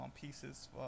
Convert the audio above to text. pieces